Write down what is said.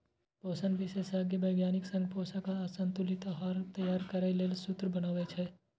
पोषण विशेषज्ञ वैज्ञानिक संग पोषक आ संतुलित आहार तैयार करै लेल सूत्र बनाबै छै